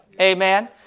Amen